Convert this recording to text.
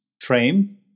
frame